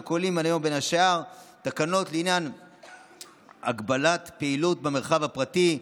שכוללים היום בין השאר תקנות לעניין הגבלת פעילות במרחב הפרטי,